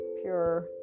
pure